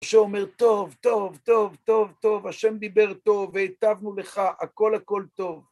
שאומר, טוב, טוב, טוב, טוב, טוב, השם דיבר טוב, והיטבנו לך, הכל הכל טוב.